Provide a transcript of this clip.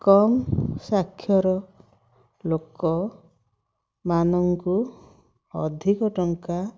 କମ୍ ସ୍ଵାକ୍ଷର ଲୋକମାନଙ୍କୁ ଅଧିକ ଟଙ୍କା